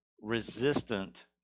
resistant